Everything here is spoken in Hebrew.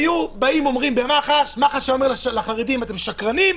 מח"ש היה אומר לחרדים אתם שקרנים,